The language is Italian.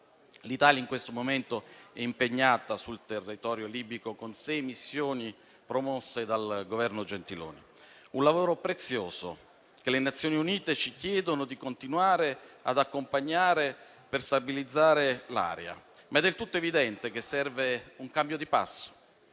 L'Italia in questo momento è impegnata sul territorio libico con sei missioni promosse dal Governo Gentiloni, un lavoro prezioso che le Nazioni Unite ci chiedono di continuare ad accompagnare per stabilizzare l'area, ma è del tutto evidente che serve un cambio di passo.